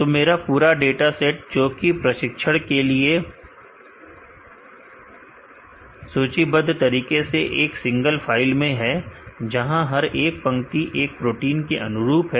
तो मेरा पूरा डाटा सेट जो कि प्रशिक्षण के लिए है सूचीबद्ध तरीके से एक सिंगल फाइल में है जहां हर एक पंक्ति एक प्रोटीन के अनुरूप है